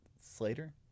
Slater